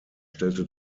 stellte